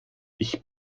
ich